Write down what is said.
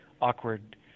awkward